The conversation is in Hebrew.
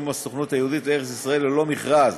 הסוכנות היהודית לארץ-ישראל ללא מכרז,